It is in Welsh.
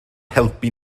helpu